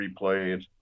replayed